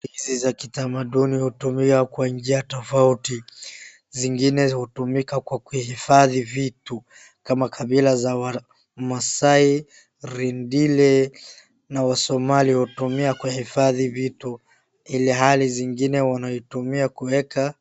Vitu hizi za kitamaduni hutumiwa kwa njia tofauti. Zingine hutumika kwa kuhifadhi vitu kama kabila za wamaasai, rendile na wasomali wanatumia kuhifadhi vitu, ilhali zingine wanatumia kuweka.